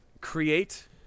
create